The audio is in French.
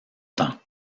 temps